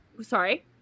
Sorry